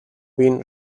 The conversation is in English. been